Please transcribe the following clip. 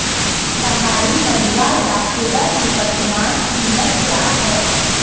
पहाड़ी मंडुवा या खोदा की वर्तमान कीमत क्या है?